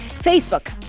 Facebook